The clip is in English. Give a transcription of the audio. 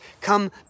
come